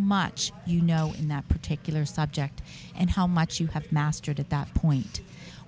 much you know in that particular subject and how much you have mastered at that point